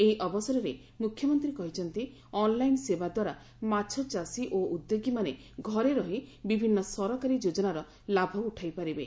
ଏହି ଅବସରରେ ମୁଖ୍ୟମନ୍ତୀ କହିଛନ୍ତି ଅନ୍ଲାଇନ୍ ସେବା ଦ୍ୱାରା ମାଛ ଚାଷୀ ଓ ଉଦ୍ୟୋଗୀମାନେ ଘରେ ରହି ବିଭିନ୍ଦ ସରକାରୀ ଯୋଜନାର ଲାଭ ଉଠାଇ ପାରିବେ